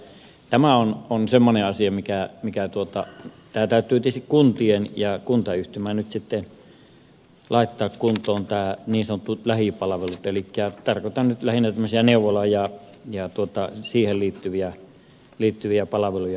tämä on semmoinen asia mikä täytyy tietysti kuntien ja kuntayhtymän nyt sitten laittaa kuntoon nämä niin sanotut lähipalvelut elikkä tarkoitan nyt lähinnä tämmöisiä neuvola ja neuvolaan liittyviä palveluja